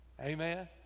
Amen